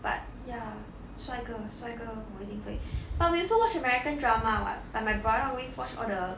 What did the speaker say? but ya 帅哥帅哥我一定会 but we also watch american drama [what] like my brother always watch all the